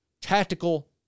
tactical